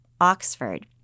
Oxford